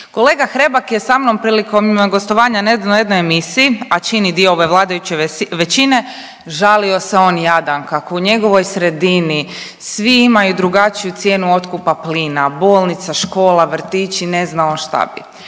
Kolega Hrebak je sa mnom prilikom gostovanja na jednoj emisiji, a čini dio ove vladajuće većine žalio se on jadan kako u njegovoj sredini svi imaju drugačiju cijenu otkupa plina, bolnica, škola, vrtići, ne zna on šta bi.